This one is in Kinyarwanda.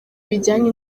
bijyanye